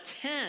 ten